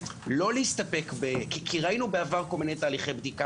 ראינו בעבר כל מיני תהליכי בדיקה